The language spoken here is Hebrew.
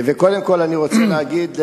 וקודם כול אני רוצה להגיד,